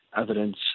evidence